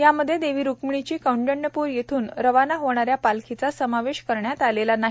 यामध्ये देवी रुक्मिणीची कौडण्यपूर येथून रवाना होणाऱ्या पालखीचा समावेश करण्यात आलेला नाही